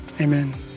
Amen